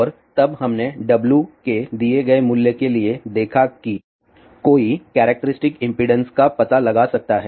और तब हमने W के दिए गए मूल्य के लिए देखा कि कोई कैरेक्टरिस्टिक इम्पीडेन्स का पता लगा सकता है